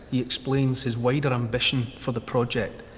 he explains his wider ambition for the project.